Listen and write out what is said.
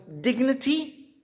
dignity